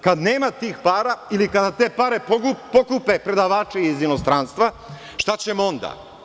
Kad nema tih para ili kada te pare pokupe predavači iz inostranstva, šta ćemo onda?